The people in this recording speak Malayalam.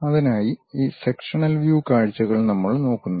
അതിനായി ഈ സെക്ഷനൽ വ്യു കാഴ്ചകൾ നമ്മൾ നോക്കുന്നു